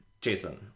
Jason